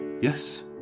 Yes